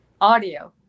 audio